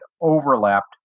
overlapped